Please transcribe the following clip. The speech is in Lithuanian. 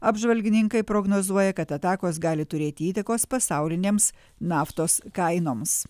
apžvalgininkai prognozuoja kad atakos gali turėti įtakos pasaulinėms naftos kainoms